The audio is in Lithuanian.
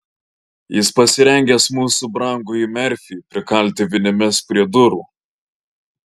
jis pasirengęs mūsų brangųjį merfį prikalti vinimis prie durų